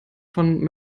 von